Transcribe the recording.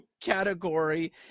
category